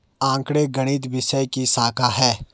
आंकड़े गणित विषय की शाखा हैं